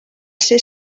ser